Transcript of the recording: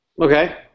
Okay